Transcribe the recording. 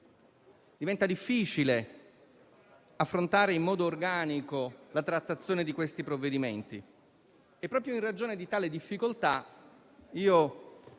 diventa difficile affrontare in modo organico la trattazione di questi provvedimenti. Proprio in ragione di tale difficoltà, in